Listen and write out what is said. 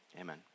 Amen